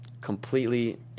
completely